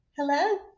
Hello